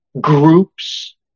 groups